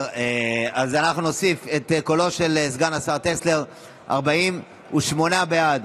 אתה 80 שנה בליכוד,